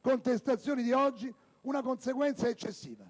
contestazioni di oggi), una conseguenza eccessiva.